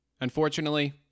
Unfortunately